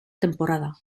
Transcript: temporada